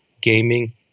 gaming